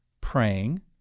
praying